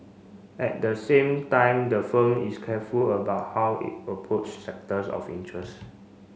at the same time the firm is careful about how it approach sectors of interest